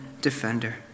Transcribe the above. defender